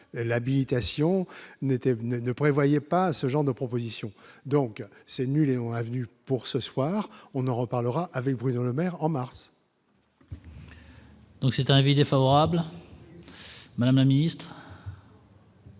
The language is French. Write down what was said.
n'était ne prévoyaient pas ce genre de proposition, donc c'est nul et on avenue pour ce soir, on en reparlera avec Bruno Le Maire en mars. Donc c'est un avis défavorable. Ma mise.